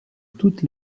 toute